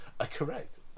correct